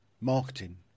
marketing